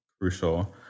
crucial